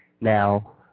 Now